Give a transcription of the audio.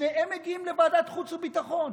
ששניהם מגיעים לוועדת החוץ והביטחון,